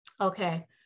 Okay